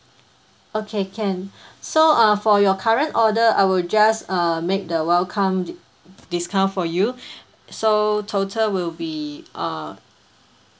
okay can so uh for your current order I will just err make the welcome dis~ discount for you so total will be uh